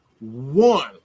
One